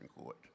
Court